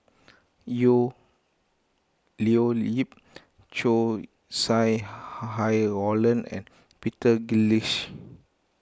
Leo Yip Chow Sau Hai Roland and Peter